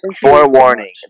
forewarning